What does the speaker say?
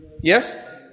Yes